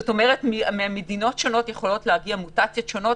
זה דוגמה לכך שממדינות שונות יכולות להגיע מוטציות שונות.